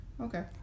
Okay